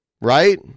Right